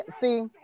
see